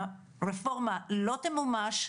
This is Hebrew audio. הרפורמה לא תמומש,